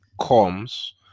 comes